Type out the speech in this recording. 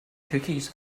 cookies